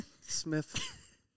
Smith